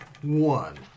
One